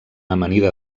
amanida